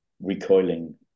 recoiling